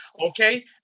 Okay